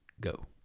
go